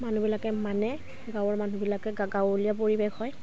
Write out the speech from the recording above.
মানুহবিলাকে মানে গাঁৱৰ মানুহবিলাকে গাঁৱলীয়া পৰিৱেশ হয়